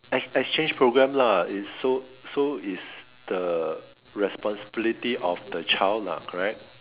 ex exchange program lah is so so is the responsibility of the child lah correct